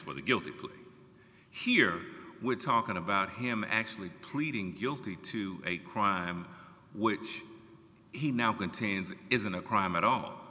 for the guilty plea here we're talking about him actually pleading guilty to a crime which he now contains isn't a crime at all